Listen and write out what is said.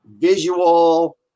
visual